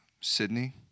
Sydney